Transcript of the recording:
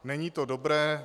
Není to dobré.